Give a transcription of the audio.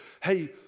hey